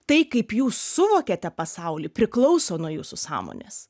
tai kaip jūs suvokiate pasaulį priklauso nuo jūsų sąmonės